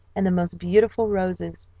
and the most beautiful roses,